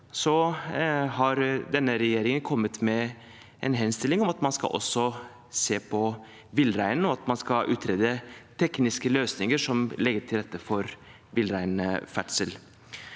har denne regjeringen kommet med en henstilling om at man også skal se på villreinen, og at man skal utrede tekniske løsninger som legger til rette for villreinferdsel.